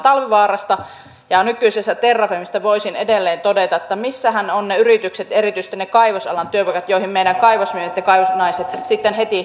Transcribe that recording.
talvivaarasta ja nykyisestä terrafamesta voisin edelleen todeta että missähän ovat ne yritykset ja erityisesti ne kaivosalan työpaikat joihin meidän kaivosmiehet ja kaivosnaiset sitten heti työllistettäisiin näillä määrärahoilla